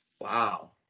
Wow